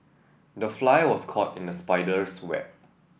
the fly was caught in the spider's web